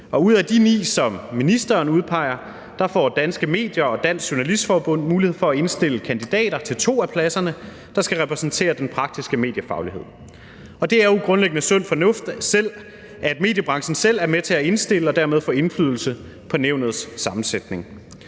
ud af de 9, som ministeren udpeger, får Danske Medier og Dansk Journalistforbund mulighed for at indstille kandidater til 2 af pladserne, der skal repræsentere den praktiske mediefaglighed. Og det er jo grundlæggende sund fornuft, at mediebranchen selv er med til at indstille og dermed få indflydelse på nævnets sammensætning.